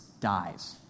dies